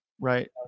Right